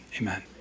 amen